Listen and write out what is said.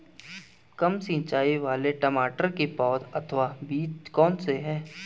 कम सिंचाई वाले टमाटर की पौध अथवा बीज कौन से हैं?